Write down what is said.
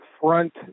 front